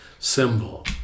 Symbol